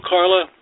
Carla